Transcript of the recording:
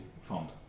found